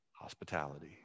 Hospitality